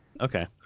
Okay